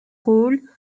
rôle